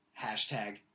hashtag